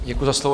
Děkuji za slovo.